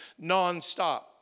nonstop